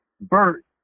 Bert